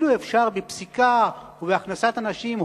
כאילו אפשר בפסיקה ובהכנסת אנשים,